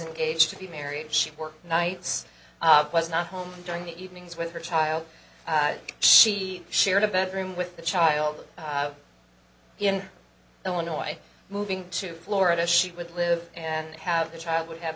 gauged to be married she worked nights was not home during the evenings with her child she shared a bedroom with the child in illinois moving to florida she would live and have the child would have